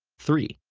three.